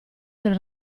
del